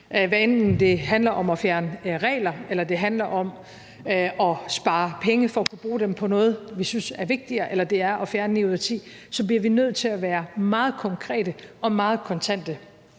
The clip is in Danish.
Hvad enten det handler om at fjerne regler, eller det handler om at spare penge for at kunne bruge dem på noget, vi synes er vigtigere, eller det er at fjerne ni ud af ti, så bliver vi nødt til at være meget konkrete og meget kontante,